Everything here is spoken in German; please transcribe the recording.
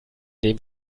dem